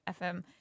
FM